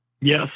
Yes